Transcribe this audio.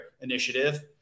initiative